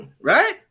Right